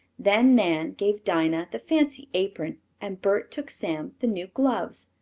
then nan gave dinah the fancy apron and bert took sam the new gloves.